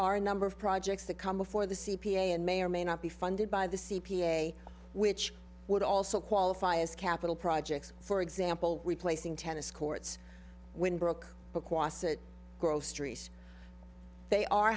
are a number of projects that come before the c p a and may or may not be funded by the c p a which would also qualify as capital projects for example replacing tennis courts when brooke gross trees they are